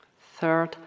Third